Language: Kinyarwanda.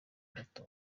gato